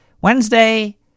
Wednesday